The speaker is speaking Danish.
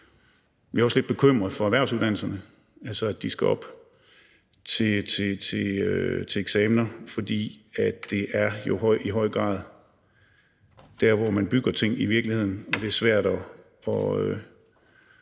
Vi er også lidt bekymrede for erhvervsuddannelserne, altså over, at de skal op til eksamener, fordi det jo i høj grad er der, man bygger ting i virkeligheden, hvilket er svært at